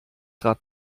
rad